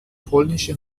polnische